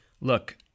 look